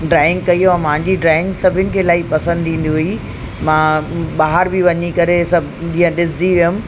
drawing कयी ऐं मुंहिंजी ड्रॉइंग सभिनि खे इलाही पसंदि ईंदी हुई मां ॿाहिरि बि वञी करे सभु जीअं ॾिसंदी हुयमि